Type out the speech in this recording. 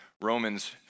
Romans